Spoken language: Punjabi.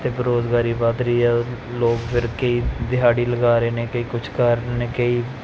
ਅਤੇ ਬੇਰੁਜ਼ਗਾਰੀ ਵੱਧ ਰਹੀ ਹੈ ਲੋਕ ਫੇਰ ਕਈ ਦਿਹਾੜੀ ਲਗਾ ਰਹੇ ਨੇ ਕਈ ਕੁਛ ਕਰ ਰਹੇ ਨੇ ਕਈ